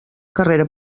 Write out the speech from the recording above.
carrera